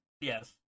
Yes